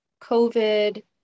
COVID